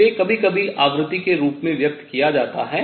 इसे कभी कभी आवृत्ति के रूप में व्यक्त किया जाता है